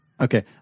Okay